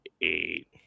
eight